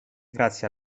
grazie